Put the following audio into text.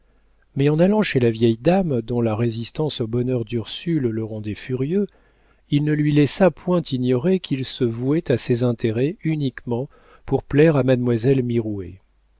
mais en allant chez la vieille dame dont la résistance au bonheur d'ursule le rendait furieux il ne lui laissa point ignorer qu'il se vouait à ses intérêts uniquement pour plaire à mademoiselle